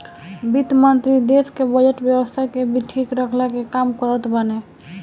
वित्त मंत्री देस के बजट व्यवस्था के भी ठीक रखला के काम करत बाने